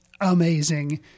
amazing